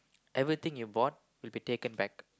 everything you bought will be taken back